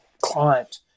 client